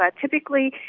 Typically